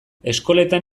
eskoletan